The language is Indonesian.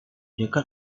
dekat